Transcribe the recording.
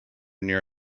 near